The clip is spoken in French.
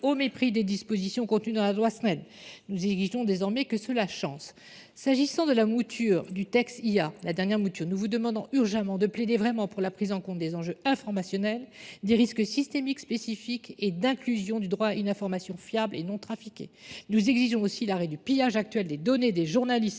au mépris des dispositions contenues dans la loi SNED. Nous exigent désormais que cela chance. S'agissant de la mouture du texte IA, nous vous demandons urgemment de plaider vraiment pour la prise en compte des enjeux informationnels, des risques systémiques spécifiques et d'inclusion du droit à une information fiable et non trafiquée. Nous exigeons aussi l'arrêt du pillage actuel des données des journalistes